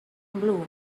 blue